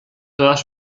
todas